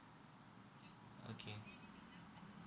okay